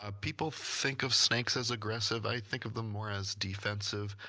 ah people think of snakes as aggressive. i think of them more as defensive.